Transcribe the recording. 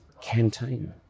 canteen